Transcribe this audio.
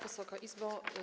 Wysoka Izbo!